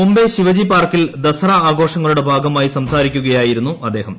മുംബൈ ശിവജി പാർക്കിൽ ദസറ ആഘോഷങ്ങളുടെ ഭാഗമായി സംസാരിക്കുകയായിരുന്നു അദ്ദേഹം